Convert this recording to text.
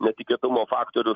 netikėtumo faktorius